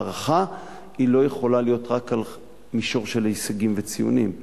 הערכה לא יכולה להיות רק על מישור של הישגים וציונים,